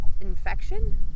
infection